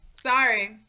Sorry